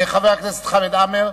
חבר הכנסת חמד עמאר.